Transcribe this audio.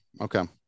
okay